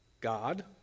God